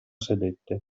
sedette